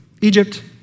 Egypt